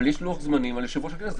אבל יש לוח זמנים על יושב-ראש הכנסת.